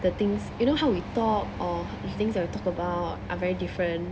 the things you know how we talk or the things that we talk about are very different